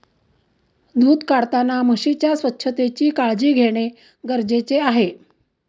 दूध काढताना म्हशीच्या स्वच्छतेची काळजी घेणे गरजेचे आहे